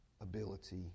ability